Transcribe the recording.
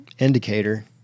indicator